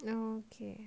no okay